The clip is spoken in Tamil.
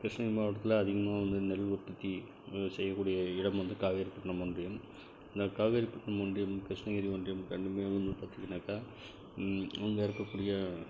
கிருஷ்ணகிரி மாவட்டத்தில் அதிகமாக வந்து நெல் உற்பத்தி செய்யக்கூடிய இடம் வந்து காவேரிப்பட்டிணம் ஒன்றியம் இந்த காவேரிப்பட்டிணம் ஒன்றியம் கிருஷ்ணகிரி ஒன்றியம் ரெண்டுமே வந்து பார்த்திங்கனாக்கா இங்கே இருக்கக்கூடிய